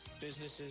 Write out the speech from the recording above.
businesses